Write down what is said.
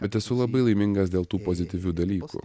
bet esu labai laimingas dėl tų pozityvių dalykų